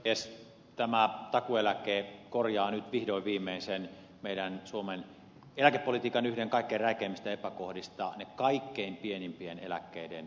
tämä takuueläke korjaa nyt vihdoin viimein sen suomen eläkepolitiikan yhden kaikkein räikeimmistä epäkohdista kaikkein pienimpien eläkkeiden tason